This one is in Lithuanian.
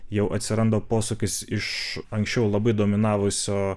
jau atsiranda posūkis iš anksčiau labai dominavusio